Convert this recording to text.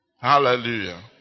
Hallelujah